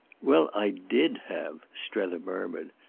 well, i did have, strether murmured,